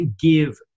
give